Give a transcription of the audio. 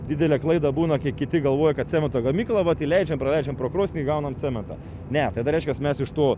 didelė klaida būna kai kiti galvoja kad cemento gamykla vat įleidžiam praleidžiam pro krosnį gaunam cementą ne tada reiškias mes iš tų